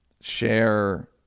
Share